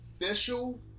official